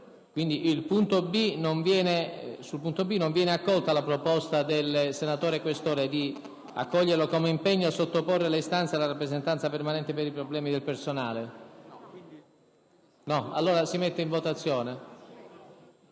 del giorno G8 non viene accettata la proposta del senatore Questore di accoglierlo come impegno a sottoporre le istanze alla Rappresentanza permanente per i problemi del personale, per cui si mette in votazione.